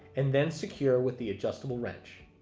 and then secure with the adjustable wrench.